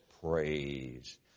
praise